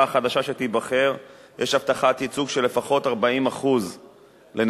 החדשה שתיבחר יש הבטחת ייצוג של לפחות 40% לנשים.